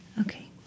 Okay